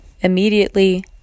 Immediately